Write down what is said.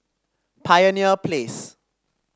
Pioneer Place